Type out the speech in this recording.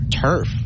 turf